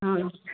ହଁ